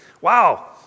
Wow